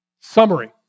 Summary